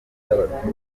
y’abaturage